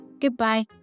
Goodbye